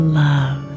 love